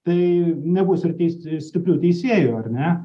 tai nebus ir teis stiprių teisėjų ar ne